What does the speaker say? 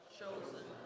chosen